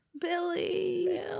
Billy